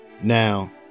Now